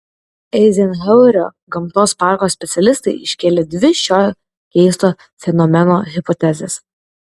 eizenhauerio gamtos parko specialistai iškėlė dvi šio keisto fenomeno hipotezes